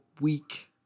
week